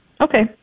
Okay